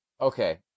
Okay